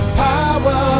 power